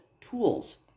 tools